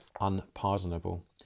unpardonable